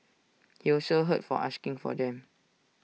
he also heard for asking for them